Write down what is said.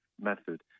method